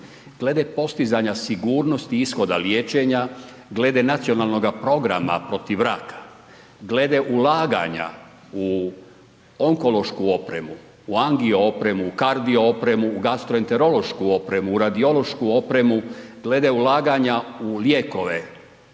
glede postizanja sigurnosti ishoda liječenja, glede Nacionalnog programa protiv raka, glede ulaganja u onkološku opremu u angio opremu u kardio opremu u gastroenterološku opremu, u radiološku opremu, glede ulaganja u lijekove,